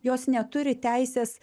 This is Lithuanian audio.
jos neturi teisės